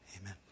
amen